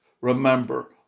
Remember